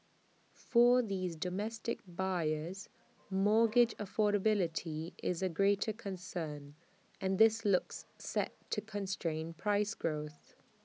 for these domestic buyers mortgage affordability is A greater concern and this looks set to constrain price growth